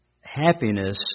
happiness